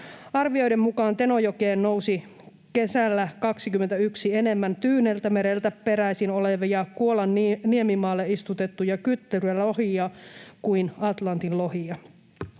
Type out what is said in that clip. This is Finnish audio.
Arvioiden mukaan Tenojokeen nousi kesällä 21 enemmän Tyyneltämereltä peräisin olevia Kuolan niemimaalle istutettuja kyttyrälohia kuin Atlantin lohia.